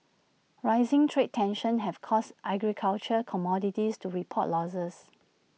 rising trade tensions have caused agricultural commodities to report losses